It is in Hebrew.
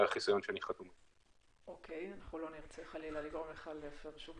לוואי ארוכות-טווח הרבה יותר מחיסונים אחרים אלא להיפך,